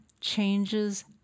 changes